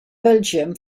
belgium